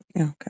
Okay